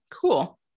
cool